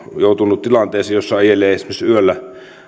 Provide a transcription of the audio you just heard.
joutunut tilanteeseen jossa ajelee esimerkiksi yöllä